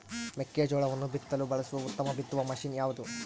ಮೆಕ್ಕೆಜೋಳವನ್ನು ಬಿತ್ತಲು ಬಳಸುವ ಉತ್ತಮ ಬಿತ್ತುವ ಮಷೇನ್ ಯಾವುದು?